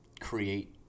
create –